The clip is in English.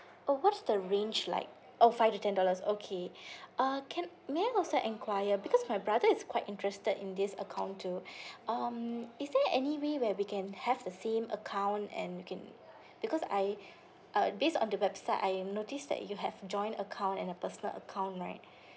oh what's the range like oh five to ten dollars okay uh can may I also enquire because my brother is quite interested in this account too um is there anyway where we can have the same account and we can because I uh based on the website I notice that you have joint account and a personal account right